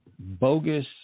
bogus